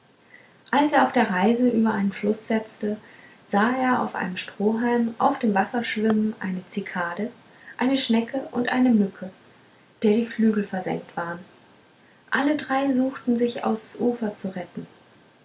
als er auf der reise über einen fluß setzte sah er auf einem strohhalm auf dem wasser schwimmen eine zikade eine schnecke und eine mücke der die flügel versengt waren alle drei suchten sich aus ufer zu retten